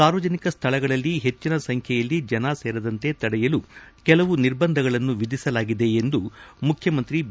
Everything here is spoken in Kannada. ಸಾರ್ವಜನಿಕ ಸ್ಥಳಗಳಲ್ಲಿ ಹೆಚ್ಚಿನ ಸಂಖ್ಯೆಯಲ್ಲಿ ಜನ ಸೇರದಂತೆ ತಡೆಯಲು ಕೆಲವು ನಿರ್ಬಂಧಗಳನ್ನು ವಿಧಿಸಲಾಗಿದೆ ಎಂದು ಮುಖ್ಯಮಂತ್ರಿ ಬಿ